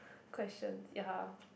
questions ya